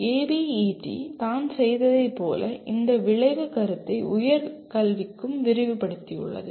ABED தான் செய்ததைப் போல இந்த விளைவு கருத்தை உயர்கல்விக்கும் விரிவுபடுத்தியுள்ளது